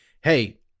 Hey